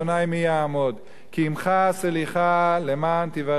אדוני מי יעמד, כי עמך הסליחה למען תִוָרֵא,